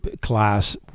class